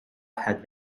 had